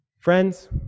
Friends